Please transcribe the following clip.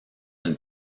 une